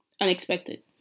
unexpected